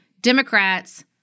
Democrats